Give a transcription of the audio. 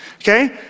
Okay